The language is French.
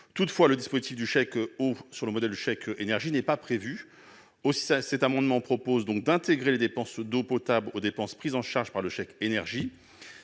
Toutefois, le dispositif du chèque eau calqué sur celui du chèque énergie n'est pas prévu. Cet amendement vise donc à intégrer les dépenses d'eau potable aux dépenses prises en charge par le chèque énergie.